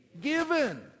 given